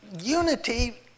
unity